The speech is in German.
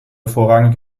vorrangig